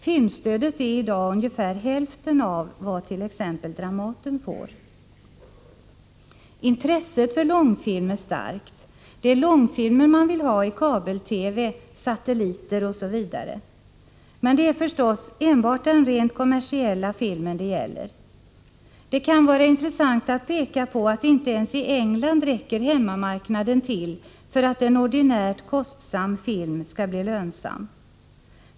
Filmstödet är i dag ungefär hälften av vad t.ex. Dramaten får. Intresset för långfilm är starkt. Det är långfilmer man vill ha i kabel-TV, genom satelliter osv. Men det är förstås enbart den rent kommersiella filmen det gäller. Det kan vara intressant att peka på att inte ens i England Nr 17 hemmamarknaden räcker till för att en ordinärt kostsam film skall bli Torsdagen den lönsam.